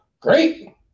Great